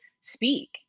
speak